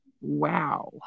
Wow